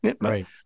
right